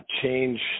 change